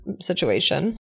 situation